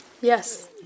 Yes